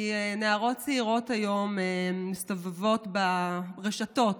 כי נערות צעירות היום מסתובבות ברשתות